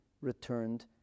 returned